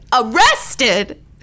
arrested